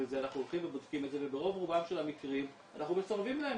אנחנו הולכים ובודקים את זה וברוב רובם של המקרים אנחנו מסרבים להם